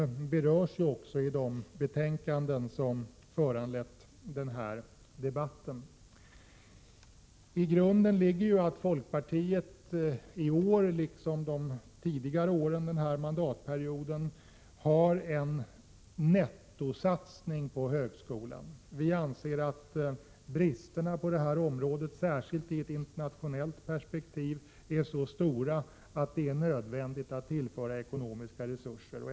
Flera av de frågor som jag här har nämnt berörs i de betänkanden som har föranlett denna debatt. I grunden ligger att folkpartiet i år, liksom de tidigare åren denna mandatperiod, vill göra en nettosatsning på högskolan. Vi anser att bristerna på detta område, särskilt i ett internationellt perspektiv, är så stora att det är nödvändigt att tillföra ekonomiska resurser.